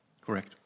Correct